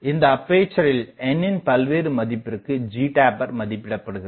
இந்த அப்பேசரில் n னின் பல்வேறு மதிப்பிற்கு ஜிடேப்பர் மதிப்பிடப்படுகிறது